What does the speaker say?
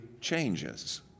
changes